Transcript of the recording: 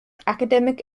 academic